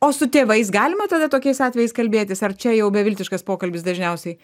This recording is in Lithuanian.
o su tėvais galima tada tokiais atvejais kalbėtis ar čia jau beviltiškas pokalbis dažniausiai